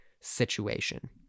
situation